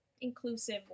inclusive